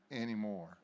anymore